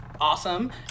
Awesome